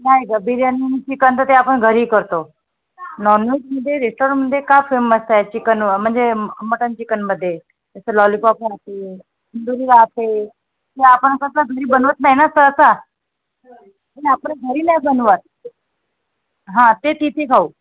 नाही गं बिर्याणी आणि चिकन तर ते आपण घरीही करतो नॉनवेजमध्ये रेस्टॉरंमध्ये का फेमस आहे चिकन म्हणजे मटन चिकनमध्ये जसं लॉलीपॉप राहते तंदुरी राहते ते आपण कसं घरी बनवत नाही ना सहसा आपलं घरी नाही बनवत हां ते तिथे खाऊ